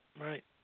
Right